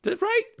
Right